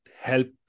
help